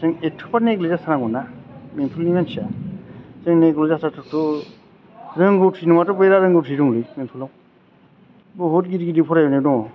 जों एथ'बां नेग्लेक्टेद जाथारनांगौ ना बेंटलनि मानसिया जों नेग्लेक्ट जाथावथावथ' रोंगौथि नङाथ बेराद रोंगौथि दङलै बेंटलाव बहुत गिदिर गिदिर फरायहैनाय दङ